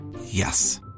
yes